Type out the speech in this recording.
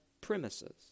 premises